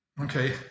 Okay